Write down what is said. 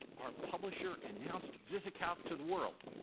our publisher announced visicalc to the world,